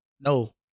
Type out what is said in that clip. No